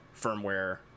firmware